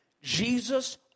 Jesus